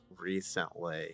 recently